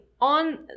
on